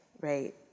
right